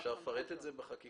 אפשר לפרט את זה בחקיקה?